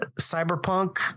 Cyberpunk